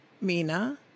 Mina